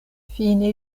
fine